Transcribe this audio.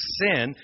sin